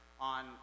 on